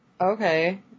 Okay